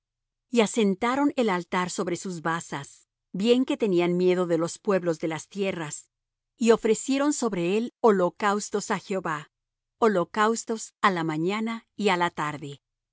y asentaron el altar sobre sus basas bien que tenían miedo de los pueblos de las tierras y ofrecieron sobre él holocaustos á jehová holocaustos á la mañana y á la tarde